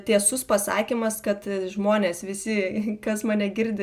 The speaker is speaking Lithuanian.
tiesus pasakymas kad žmonės visi kas mane girdi